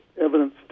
evidence